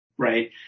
Right